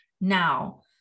now